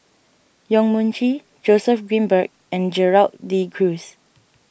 Yong Mun Chee Joseph Grimberg and Gerald De Cruz